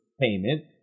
payment